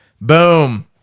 boom